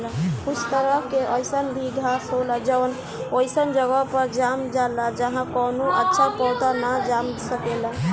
कुछ तरह के अईसन भी घास होला जवन ओइसन जगह पर जाम जाला जाहा कवनो अच्छा पौधा ना जाम सकेला